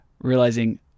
realizing